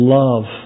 love